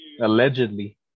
Allegedly